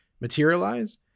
materialize